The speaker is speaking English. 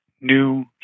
new